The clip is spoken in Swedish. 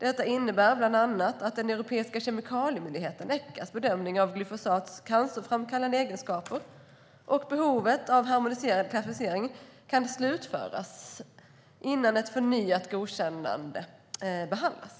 Det innebär bland annat att den europeiska kemikaliemyndighetens, Echa, bedömning av glyfosats cancerframkallande egenskaper och behovet av en harmoniserad klassificering slutförs innan ett förnyat godkännande behandlas.